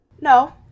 No